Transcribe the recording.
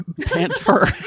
Panther